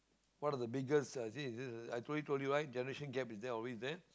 what are the biggest uh see this is I told you right generation gap is there always there